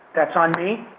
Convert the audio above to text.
that's on me,